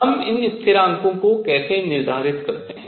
हम इन स्थिरांकों को कैसे निर्धारित करते हैं